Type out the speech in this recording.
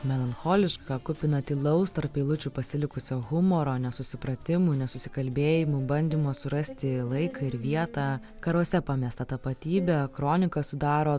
melancholiška kupina tylaus tarp eilučių pasilikusio humoro nesusipratimų nesusikalbėjimų bandymo surasti laiką ir vietą karuose pamestą tapatybę kroniką sudaro